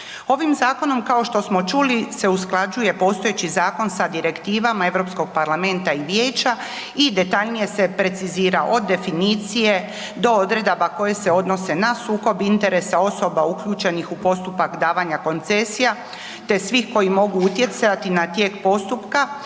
Ovim zakonom kao što smo čuli se usklađuje postojeći zakon sa direktivama Europskog parlamenta i vijeća i detaljnije se precizira od definicije do odredaba koje se odnose na sukob interesa osoba uključenih u postupak davanja koncesija te svih koji mogu utjecati na tijek postupka,